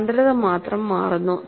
സാന്ദ്രത മാത്രം മാറുന്നു